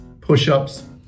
push-ups